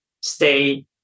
stay